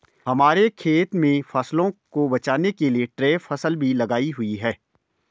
हमारे खेत में फसलों को बचाने के लिए ट्रैप फसल भी लगाई हुई है